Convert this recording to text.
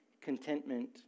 contentment